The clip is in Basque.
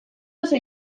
duzu